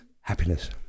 Happiness